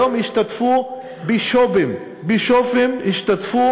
היום השתתפו בישופים, בישופים השתתפו